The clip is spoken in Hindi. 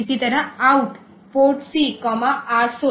इसी तरह Out PORTCR16